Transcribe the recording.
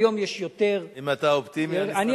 היום יש יותר, אם אתה אופטימי, אני שמח.